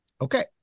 Okay